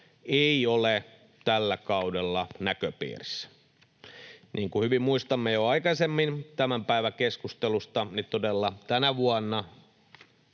ei ole tällä kaudella näköpiirissä. Niin kuin hyvin muistamme jo aikaisemmasta tämän päivän keskustelusta, niin todella tänä vuonna